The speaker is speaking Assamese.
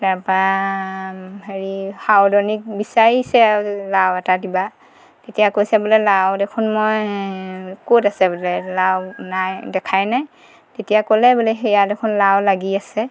তাপা হেৰি সাউদনীক বিচাৰিছে আৰু লাও এটা দিবা তেতিয়া কৈছে বোলে লাও দেখোন মই ক'ত আছে বোলে লাও নাই দেখাই নাই তেতিয়া ক'লে বোলে সেয়া দেখোন লাও লাগি আছে